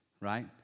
right